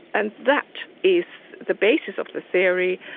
and that is the basis of the theory,